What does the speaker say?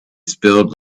spilled